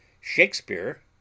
Shakespeare